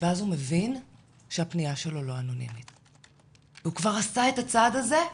- ואז הוא מבין שהפנייה שלו לא אנונימית והוא כבר עשה את הצעד הזה,